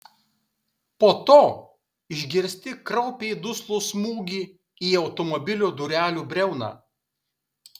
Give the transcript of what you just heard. po to išgirsti kraupiai duslų smūgį į automobilio durelių briauną